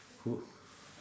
who